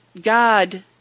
God